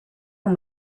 can